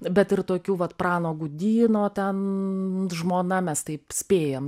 bet ir tokių vat prano gudyno ten žmona mes taip spėjam